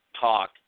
talk